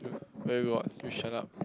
where got you shut up